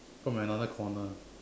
from another corner